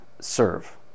serve